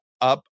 up